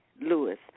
Lewis